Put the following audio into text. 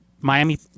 Miami